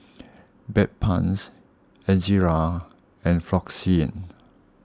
Bedpans Ezerra and Floxia